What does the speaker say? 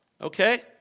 Okay